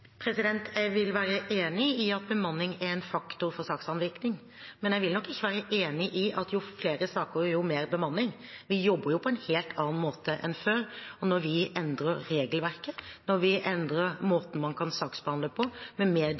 Jeg er enig i at bemanning er en faktor for saksavvikling, men jeg vil nok ikke være enig i at jo flere saker, jo mer bemanning. Vi jobber på en helt annen måte enn før. Når vi endrer regelverket, når vi endrer måten man kan saksbehandle på med